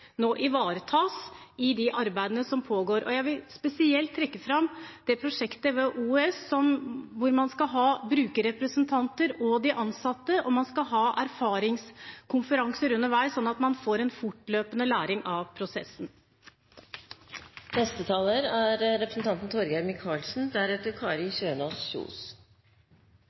nå ivaretas i de arbeidene som pågår. Jeg vil spesielt trekke fram det prosjektet ved OUS hvor man skal ha med brukerrepresentanter og ansatte, og man skal ha erfaringskonferanser underveis, sånn at man får en fortløpende læring av prosessen. Omstilling er